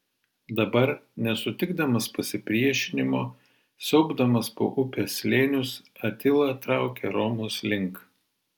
dabar nesutikdamas pasipriešinimo siaubdamas po upės slėnius atila traukia romos link